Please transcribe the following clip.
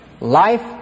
life